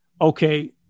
Okay